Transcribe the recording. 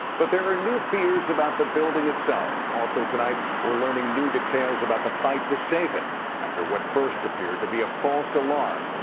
but there are new fears about the building itself. also tonight we're learning new details about the fight to save it after what first appeared to be a false alarm,